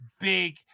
big